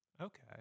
Okay